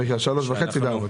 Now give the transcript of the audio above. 3.5 מטרים ו-4.